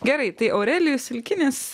gerai tai aurelijus silkinis